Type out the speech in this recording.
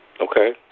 Okay